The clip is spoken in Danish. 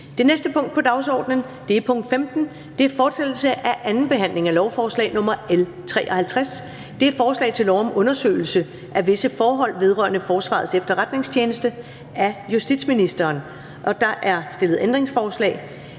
Det næste punkt på dagsordenen er: 15) Fortsættelse af 2. behandling af lovforslag nr. L 53: Forslag til lov om undersøgelse af visse forhold vedrørende Forsvarets Efterretningstjeneste. Af justitsministeren (Nick Hækkerup).